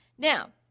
Now